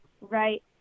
Right